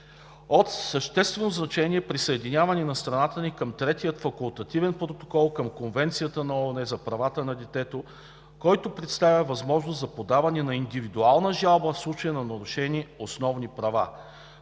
от съществено значение присъединяването на страната ни към Третия факултативен протокол към Конвенцията на ООН за правата на детето, който предоставя възможност за подаване на индивидуална жалба в случай на нарушени основни права.